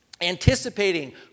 anticipating